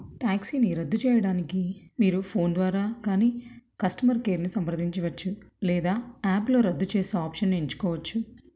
ట్యాక్సీని రద్దు చేయడానికి మీరు ఫోన్ ద్వారా కానీ కస్టమర్ కేర్ని సంప్రదించవచ్చు లేదా యాప్లో రద్దు చేసే ఆప్షన్ ఎంచుకోవచ్చు